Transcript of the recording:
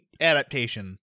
adaptation